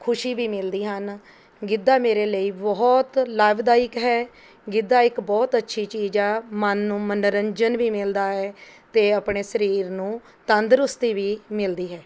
ਖੁਸ਼ੀ ਵੀ ਮਿਲਦੀ ਹਨ ਗਿੱਧਾ ਮੇਰੇ ਲਈ ਬਹੁਤ ਲਾਭਦਾਇਕ ਹੈ ਗਿੱਧਾ ਇੱਕ ਬਹੁਤ ਅੱਛੀ ਚੀਜ਼ ਹੈ ਮਨ ਨੂੰ ਮਨੋਰੰਜਨ ਵੀ ਮਿਲਦਾ ਹੈ ਅਤੇ ਆਪਣੇ ਸਰੀਰ ਨੂੰ ਤੰਦਰੁਸਤੀ ਵੀ ਮਿਲਦੀ ਹੈ